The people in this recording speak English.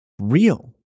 real